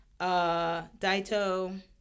Daito